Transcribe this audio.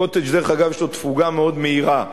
דרך אגב, ל"קוטג'" יש תפוגה מאוד מהירה.